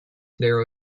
narrow